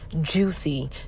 juicy